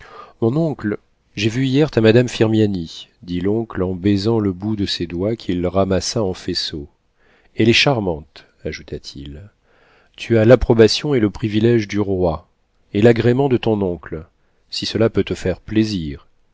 mon oncle j'ai vu hier ta madame firmiani dit l'oncle en baisant le bout de ses doigts qu'il ramassa en faisceau elle est charmante ajouta-t-il tu as l'approbation et le privilége du roi et l'agrément de ton oncle si cela peut te faire plaisir